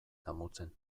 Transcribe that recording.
damutzen